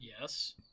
yes